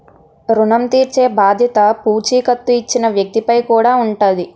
ఋణం తీర్చేబాధ్యత పూచీకత్తు ఇచ్చిన వ్యక్తి పై కూడా ఉంటాది